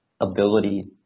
ability